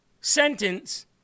sentence